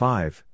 Five